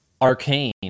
Arcane